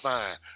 Fine